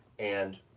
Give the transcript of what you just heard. and,